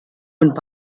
und